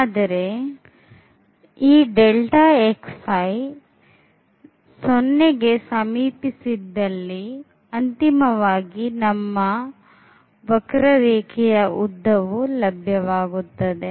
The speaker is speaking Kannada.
ಆದರೆ 0 ಗೆ ಸಮೀಪಿಸಿದ್ದಲ್ಲಿ ಅಂತಿಮವಾಗಿ ನಮಗೆ ನಮ್ಮ ವಕ್ರರೇಖೆಯ ಉದ್ದವು ಲಭ್ಯವಾಗುತ್ತದೆ